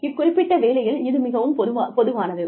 இக்குறிப்பிட்ட வேலையில் இது மிகவும் பொதுவானது